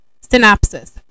Synopsis